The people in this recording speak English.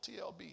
TLB